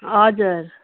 हजुर